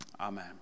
Amen